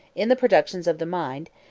in the productions of the mind,